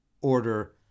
order